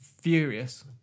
furious